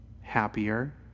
happier